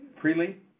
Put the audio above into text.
freely